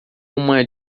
uma